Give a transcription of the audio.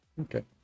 Okay